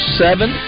seven